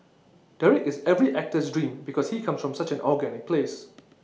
Derek is every actor's dream because he comes from such an organic place